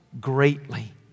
greatly